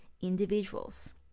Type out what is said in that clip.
individuals